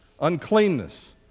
uncleanness